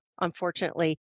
unfortunately